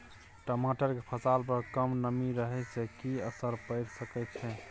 टमाटर के फसल पर कम नमी रहै से कि असर पैर सके छै?